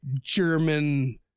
German